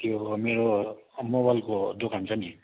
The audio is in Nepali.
के भो मेरो मोबाइलको दोकान छ नि